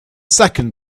second